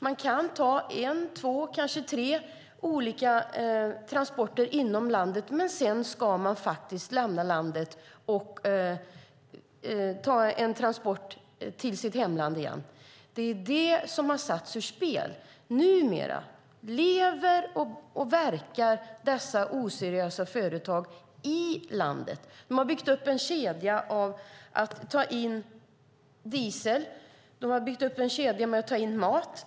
Man kan ta en, två, kanske tre olika transporter inom landet, men sedan ska man faktiskt lämna landet och ta en transport till sitt hemland igen. Det är det som har satts ur spel. Numera lever och verkar dessa oseriösa företag i landet. De har byggt upp en kedja för att ta in diesel. De har byggt upp en kedja för att ta in mat.